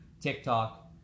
TikTok